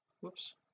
whoops